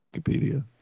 Wikipedia